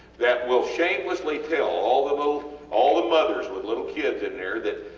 that will shamelessly tell all the little all the mothers with little kids in there that,